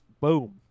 Boom